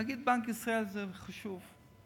נגיד בנק ישראל זה תפקיד חשוב.